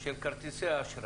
של כרטיסי האשראי.